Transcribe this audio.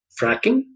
fracking